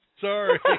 Sorry